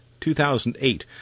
2008